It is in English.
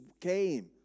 came